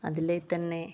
അതില് തന്നെ